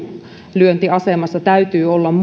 etulyöntiasemassa täytyy olla